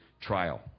trial